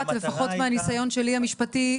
לפחות מהניסיון שלי המשפטי,